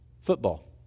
football